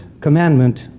commandment